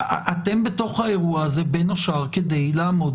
אתם בתוך האירוע הזה בין השאר כדי לעמוד